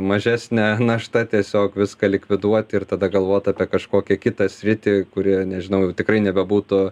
mažesnė našta tiesiog viską likviduoti ir tada galvot apie kažkokią kitą sritį kuri nežinau jau tikrai nebebūtų